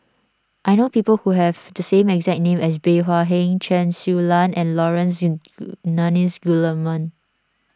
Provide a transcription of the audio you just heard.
I know people who have the exact name as Bey Hua Heng Chen Su Lan and Laurence Nunns Guillemard